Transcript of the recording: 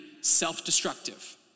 self-destructive